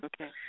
Okay